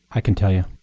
i can tell you.